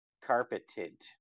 carpeted